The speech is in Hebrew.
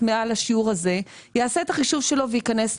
מעל השיעור הזה יעשה את החישוב שלו וייכנס למודל.